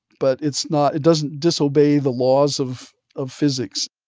but it's not it doesn't disobey the laws of of physics